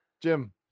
Jim